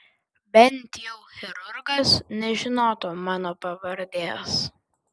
bent jau chirurgas nežinotų mano pavardės